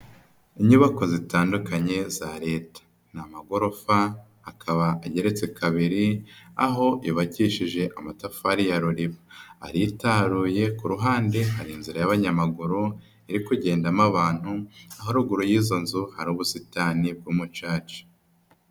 Inyubako zitandukanye za leta ni amagorofa, akaba agereretse kabiri aho ibakishijeje amatafari ya Ruriba. Aritaruye ku ruhande hari inzira y'abanyamaguru iri kugendamo abantu, aho ruguru y'izo nzu hari ubusitani bw'amacaca.